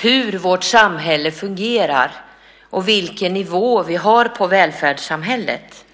hur vårt samhälle fungerar och vilken nivå vi har på välfärdssamhället.